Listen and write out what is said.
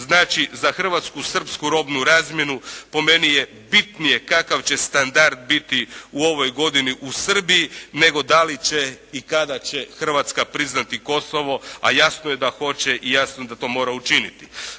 Znači, za Hrvatsko-Srpsku robnu razmjenu po meni je bitnije kakav će standard biti u ovoj godini u Srbiji nego da li će i kada će Hrvatska priznati Kosovo. A jasno je da hoće i jasno da to mora učiniti.